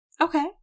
Okay